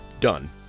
Done